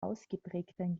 ausgeprägten